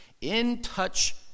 in-touch